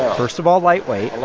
first of all, lightweight.